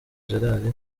gerald